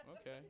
Okay